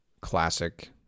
classic